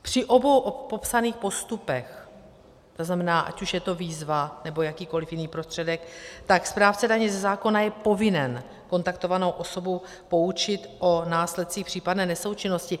Při obou popsaných postupech, tzn. ať už je to výzva, nebo jakýkoli jiný prostředek, je správce daně ze zákona povinen kontaktovanou osobu poučit o následcích případné nesoučinnosti.